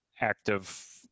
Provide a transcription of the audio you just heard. active